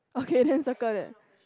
okay then circle that